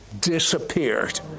disappeared